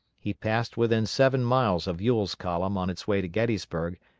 he passed within seven miles of ewell's column on its way to gettysburg,